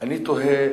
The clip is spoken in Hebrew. אני תוהה